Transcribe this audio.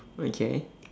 okay